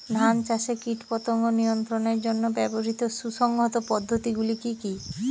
ধান চাষে কীটপতঙ্গ নিয়ন্ত্রণের জন্য ব্যবহৃত সুসংহত পদ্ধতিগুলি কি কি?